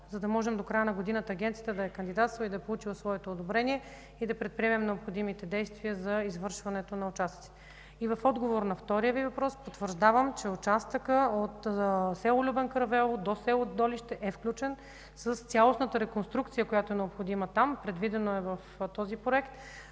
за да може до края на годината Агенцията да е кандидатствала и да е получила своето одобрение, и да предприемем необходимите действия за извършването на участъците. И в отговор на втория Ви въпрос: потвърждавам, че участъкът от село Любен Каравелово до село Долище е включен с цялостната реконструкция, която е необходима там, предвидено е в този проект